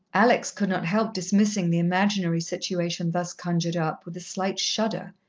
alex could not help dismissing the imaginary situation thus conjured up with a slight shudder,